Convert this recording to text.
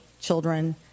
children